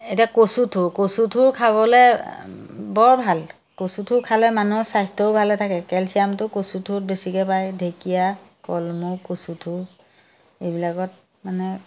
এতিয়া কচুথোৰ কচুথোৰ খাবলৈ বৰ ভাল কচুথোৰ খালে মানুহৰ স্বাস্থ্যও ভালে থাকে কেলচিয়ামটো কচুথোৰত বেছিকৈ পায় ঢেঁকীয়া কলমৌ কচুথোৰ এইবিলাকত মানে